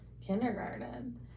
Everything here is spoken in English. kindergarten